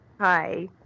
Hi